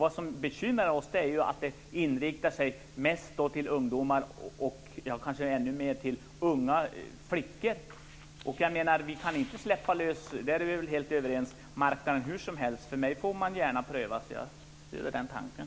Vad som bekymrar oss är att alkoläsken riktar sig mest till ungdomar, och kanske allra mest till unga flickor. Vi är väl överens om att vi inte kan släppa lös marknaden hur som helst. För mig får man gärna pröva detta. Jag stöder den tanken.